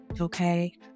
okay